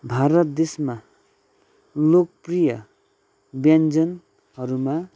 भारत देशमा लोकप्रिय व्यञ्जनहरूमा